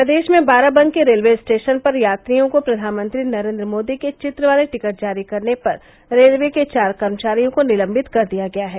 प्रदेश में Barabanki railway station पर यात्रियों को प्रधानमंत्री नरेन्द्र मोदी के चित्र वाले टिकट जारी करने पर रेलवे के चार कमर्चारियों को निलश्वित कर दिया गया है